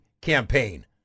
campaign